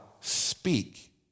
speak